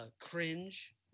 cringe